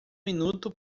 minuto